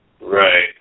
Right